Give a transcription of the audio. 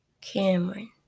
Cameron